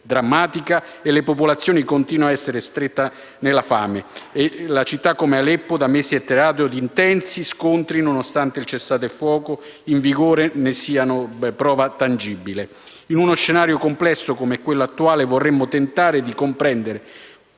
drammatica e la popolazione continua a essere stretta nella fame. Una città come Aleppo da mesi è teatro di intensi scontri, nonostante il cessate il fuoco in vigore. In uno scenario complesso come quello attuale, vorremmo tentare di comprendere